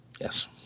Yes